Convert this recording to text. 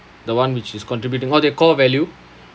the one which is contributing or their core value